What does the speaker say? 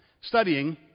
studying